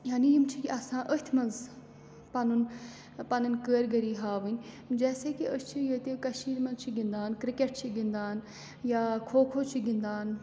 یعنی یِم چھِ یَژھان أتھۍ منٛز پَنُن پَنٕنۍ کٲرگٔری ہاوٕنۍ جیسے کہِ أسۍ چھِ ییٚتہِ کٔشیٖرِ منٛز چھِ گِنٛدان کِرکٹ چھِ گِنٛدان یا کھو کھو چھِ گِنٛدان